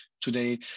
today